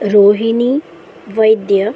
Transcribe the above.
Rohini Vaidya